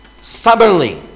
Stubbornly